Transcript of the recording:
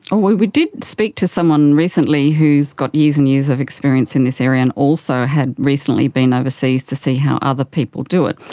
and we we did speak to someone recently who has got years and years of experience in this area and also had recently been overseas to see how other people do it,